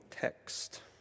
text